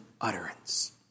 utterance